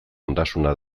ondasuna